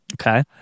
Okay